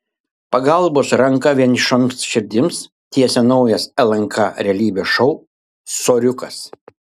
pagalbos ranką vienišoms širdims tiesia naujas lnk realybės šou soriukas